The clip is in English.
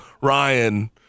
Ryan